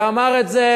אמר את זה,